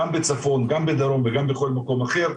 גם בצפון, גם בדרום וגם בכל מקום אחר.